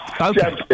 Okay